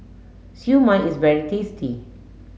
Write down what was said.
Siew Mai is very tasty